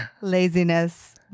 laziness